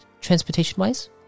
transportation-wise